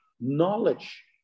knowledge